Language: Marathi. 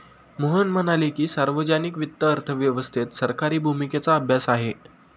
मोहन म्हणाले की, सार्वजनिक वित्त अर्थव्यवस्थेत सरकारी भूमिकेचा अभ्यास आहे